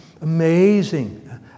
amazing